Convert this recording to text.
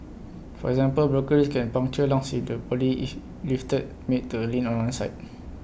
for example broken ribs can puncture lungs if the body is lifted made to lean on one side